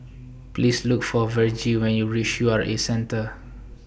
Please Look For Vergie when YOU REACH U R A Centre